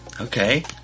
Okay